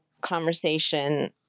conversation